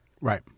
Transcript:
Right